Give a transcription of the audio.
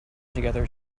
together